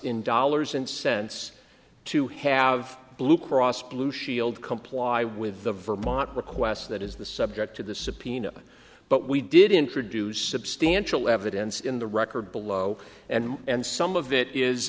in dollars and cents to have blue cross blue shield comply with the vermont request that is the subject to the subpoena but we did introduce substantial evidence in the record below and and some of it is